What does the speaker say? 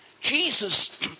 Jesus